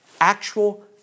Actual